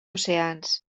oceans